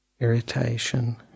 irritation